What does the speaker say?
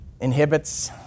inhibits